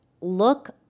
look